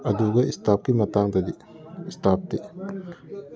ꯑꯗꯨꯒ ꯏꯁꯇꯥꯞꯀꯤ ꯃꯇꯥꯡꯗꯗꯤ ꯏꯁꯇꯥꯞꯇꯤ